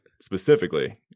specifically